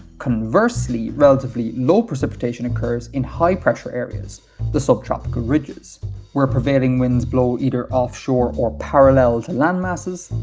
conversely, relatively low precipitation occurs in high pressure areas the subtropical ridges where prevailing winds blow either offshore or parallels and land masses,